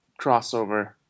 crossover